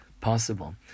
possible